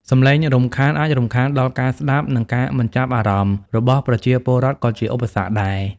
សំឡេងរំខាន អាចរំខានដល់ការស្ដាប់ និងការមិនចាប់អារម្មណ៍ របស់ប្រជាពលរដ្ឋក៏ជាឧបសគ្គដែរ។